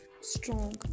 strong